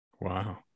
Wow